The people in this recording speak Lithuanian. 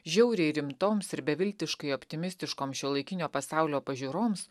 žiauriai rimtoms ir beviltiškai optimistiškoms šiuolaikinio pasaulio pažiūroms